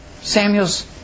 Samuel's